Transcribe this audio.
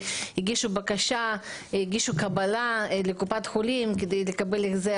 והגישו קבלה לקופת חולים כדי לקבל החזר